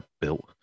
built